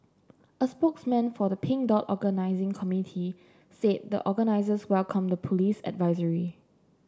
a spokesman for the Pink Dot organising committee said the organisers welcomed the police advisory